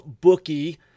bookie